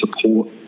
support